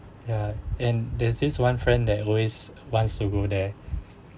ya and there's this one friend that always wants to go there